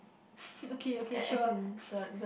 okay okay sure